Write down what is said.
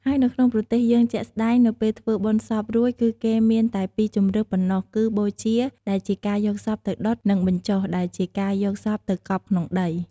ហើយនៅក្នុងប្រទេសយើងជាក់ស្ដែងនៅពេលធ្វើបុណ្យសពរួចគឺគេមានតែពីរជម្រើសប៉ុំណ្ណោះគឺ បូជា ដែលជាការយកសពទៅដុត នឹង បញ្ចុះ ដែលជាការយកសពទៅកប់ក្នុងដី។